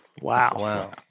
Wow